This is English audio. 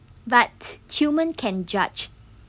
but human can judge